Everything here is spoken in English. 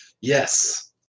Yes